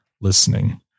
listening